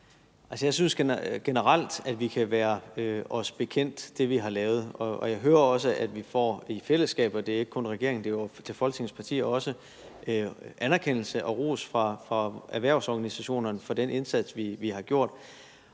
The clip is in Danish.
jeg synes generelt, at vi kan være os selv bekendt i forhold til det, vi har lavet. Og jeg hører også, at vi i fællesskab – det er ikke kun regeringen, det er også Folketingets partier – får anerkendelse og ros fra erhvervsorganisationerne for den indsats, vi har gjort,